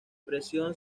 presión